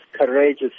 courageous